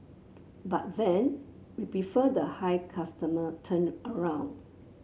but then we prefer the high customer turnaround